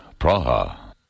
Praha